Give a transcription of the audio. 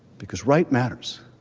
because right matters